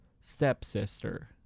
stepsister